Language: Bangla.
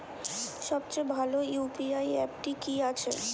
সবচেয়ে ভালো ইউ.পি.আই অ্যাপটি কি আছে?